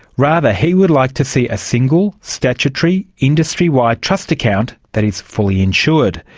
rather he would like to see a single statutory industry-wide trust account that is fully insured.